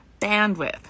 bandwidth